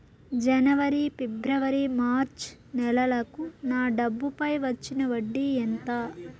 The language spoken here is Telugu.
జనవరి, ఫిబ్రవరి, మార్చ్ నెలలకు నా డబ్బుపై వచ్చిన వడ్డీ ఎంత